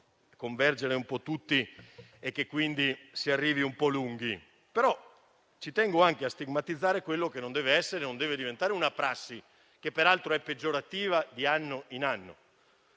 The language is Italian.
far convergere tutti e che si arrivi un po' in ritardo, però tengo anche a stigmatizzare quella che non dev'essere e non deve diventare una prassi, che peraltro è peggiorativa di anno in anno,